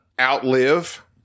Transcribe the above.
outlive